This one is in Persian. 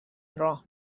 راه